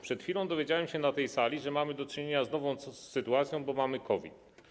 Przed chwilą dowiedziałem się na tej sali, że mamy do czynienia z nową sytuacją, bo mamy COVID.